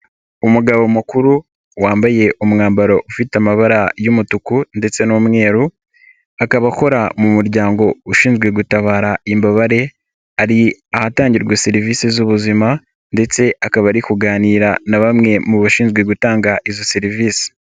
Umugabo mukuru wambaye umwambaro ufite amabara y'umutuku ndetse n'umweru, akaba akora mu muryango ushinzwe gutabara imbabare, ari ahatangirwa serivise z'ubuzima ndetse akaba ari kuganira na bamwe mu bashinzwe gutanga izo serivise.